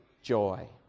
joy